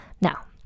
Now